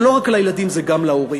זה לא רק לילדים, זה גם להורים.